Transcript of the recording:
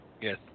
Yes